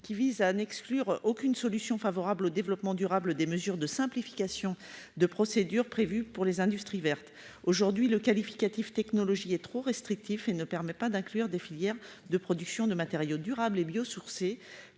qui visent à à n'exclure aucune solution favorable au développement durable, des mesures de simplification de procédure prévue pour les industries vertes. Aujourd'hui, le qualificatif technologie est trop restrictif et ne permet pas d'inclure des filières de production de matériaux durables et bio-sourcés